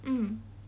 mm